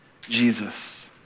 Jesus